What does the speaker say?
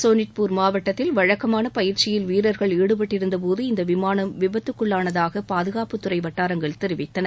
சோனிங்பூர் மாவட்டத்தில் வழக்கமான பயிற்சியில் வீரர்கள் ஈடுபட்டருந்தபோது இந்த விமானம் விபத்துக்குள்ளானதாக பாதுகாப்புத்துறை வட்டாரங்கள் தெரிவித்தன